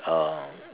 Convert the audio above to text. um